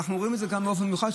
ואנחנו רואים את זה גם באופן מיוחד,